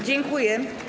Dziękuję.